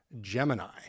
Gemini